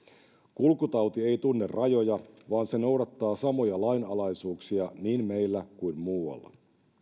kulkutauti ei tunne rajoja vaan se noudattaa samoja lainalaisuuksia niin meillä kuin muualla